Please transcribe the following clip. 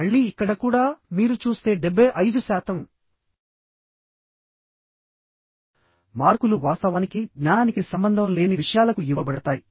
మళ్ళీ ఇక్కడ కూడా మీరు చూస్తే 75 శాతం మార్కులు వాస్తవానికి జ్ఞానానికి సంబంధం లేని విషయాలకు ఇవ్వబడతాయి